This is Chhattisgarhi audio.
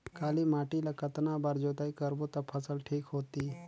काली माटी ला कतना बार जुताई करबो ता फसल ठीक होती?